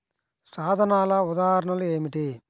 సాధనాల ఉదాహరణలు ఏమిటీ?